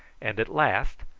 and at last,